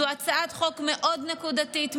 זאת הצעת חוק מאוד נקודתית,